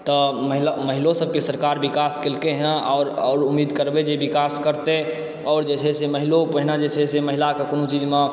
तऽ महिला महिलो सबके सरकार विकास केलकै हँ आओर आओर उम्मीद करबै जे विकास करतै आओर जे छै से महिलो पहिने जे छै से महिलाके कोनो चीजमे